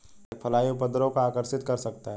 एक फ्लाई उपद्रव को आकर्षित कर सकता है?